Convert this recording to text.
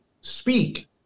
speak